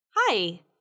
hi